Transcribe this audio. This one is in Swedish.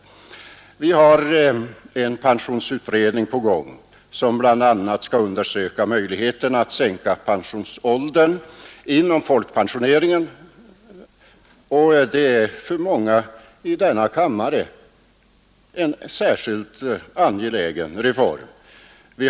Det pågår en pensionsutredning, som bl.a. skall undersöka möjligheterna att sänka pensionsåldern inom folkpensioneringen, och det är för många i denna kammare en särskilt angelägen reform.